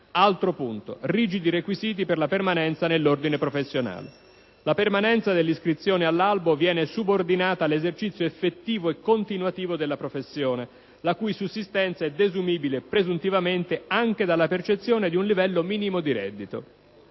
2. Rigidi requisiti per la permanenza nell'ordine professionale: la permanenza dell'iscrizione all'albo viene subordinata all'esercizio effettivo e continuativo della professione, la cui sussistenza è desumibile presuntivamente anche dalla percezione di un livello minimo di reddito.